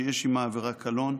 שיש עם העבירה קלון,